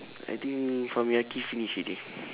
I think for me finish already